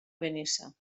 benissa